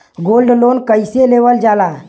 Gold loan कईसे लेवल जा ला?